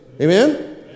Amen